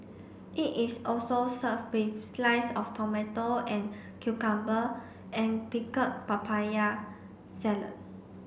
it is also served with slice of tomato and cucumber and pickled papaya salad